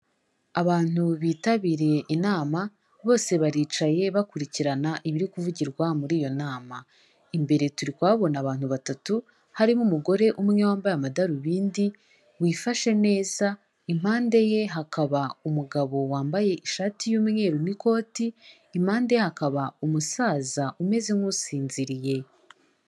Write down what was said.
Abantu bitabiriye inama, bose baricaye bakurikirana ibiri kuvugirwa muri iyo nama. Imbere turi kuhabona abantu batatu harimo umugore umwe wambaye amadarubindi, wifashe neza, impande ye hakaba umugabo wambaye ishati y'umweru n'ikoti, impande ye hakaba umusaza umeze nk'usinziriye.